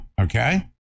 Okay